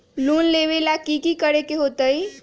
Loan लेबे ला की कि करे के होतई?